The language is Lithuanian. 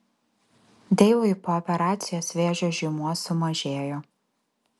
deivui po operacijos vėžio žymuo sumažėjo